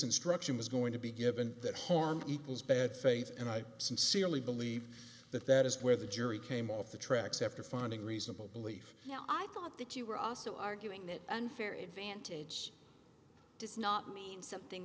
instruction was going to be given that harm equals bad faith and i sincerely believe that that is where the jury came off the tracks after finding reasonable belief now i thought that you were also arguing that unfair advantage does not mean something